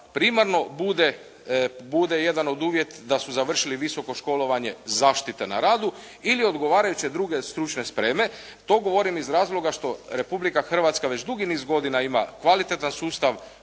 primarno bude jedan od uvjeta da su završili visoko školovanje zaštite na radu ili odgovarajuće druge stručne spreme. To govorim iz razloga što Republika Hrvatska već dugi niz godina ima kvalitetan sustav